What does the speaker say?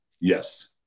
Yes